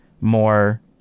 more